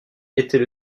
était